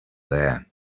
there